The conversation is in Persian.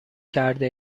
کرده